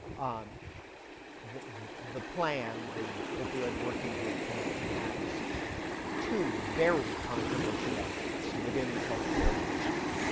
um the the plan, the opioid working group plan, has two very controversial elements within the healthcare industry.